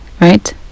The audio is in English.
right